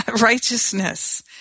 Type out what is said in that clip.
righteousness